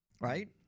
right